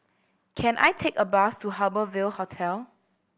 can I take a bus to Harbour Ville Hotel